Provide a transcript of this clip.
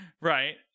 Right